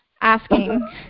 asking